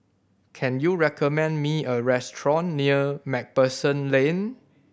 can you recommend me a restaurant near Macpherson Lane